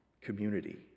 community